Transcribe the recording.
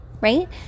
right